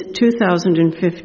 2015